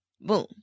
Boom